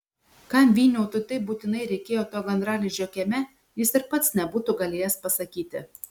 kam vyniautui taip būtinai reikėjo to gandralizdžio kieme jis ir pats nebūtų galėjęs pasakyti